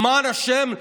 למען השם,